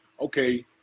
okay –